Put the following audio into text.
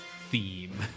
theme